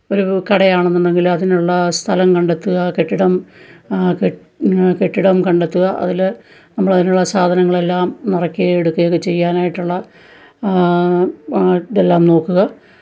ഒരു കടയാണെന്നുണ്ടെങ്കില് അതിനുള്ള സ്ഥലം കണ്ടെത്തുക കെട്ടിടം കെട്ടിടം കണ്ടെത്തുക അതില് നമ്മളതിനുള്ള സാധനങ്ങളെല്ലാം നിറയ്ക്കുകയും എടുക്കുകയും ഒക്കെ ചെയ്യാനായിട്ടുള്ള ഇതെല്ലാം നോക്കുക